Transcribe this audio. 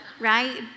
right